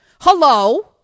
hello